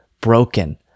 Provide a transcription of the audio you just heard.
broken